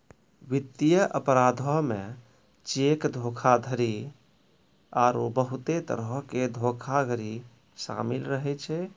वित्तीय अपराधो मे चेक धोखाधड़ी आरु बहुते तरहो के धोखाधड़ी शामिल रहै छै